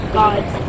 gods